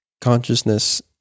consciousness